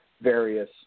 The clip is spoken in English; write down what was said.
various